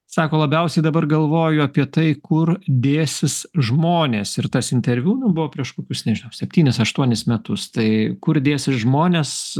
sako labiausiai dabar galvoju apie tai kur dėsis žmonės ir tas interviu nu buvo prieš kokius nežinau septynis aštuonis metus tai kur dėsis žmonės